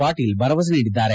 ಪಾಟೀಲ್ ಭರವಸೆ ನೀಡಿದ್ದಾರೆ